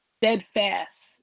steadfast